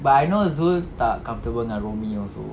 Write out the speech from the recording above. but I know zul tak comfortable dengan rumi also